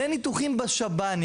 לניתוחים בשב"נים